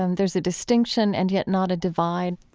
um there's a distinction and yet not a divide?